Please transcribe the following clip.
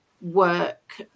work